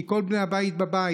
כי כל בני הבית בבית.